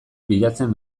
bilatzen